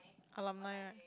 alumni right